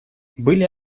были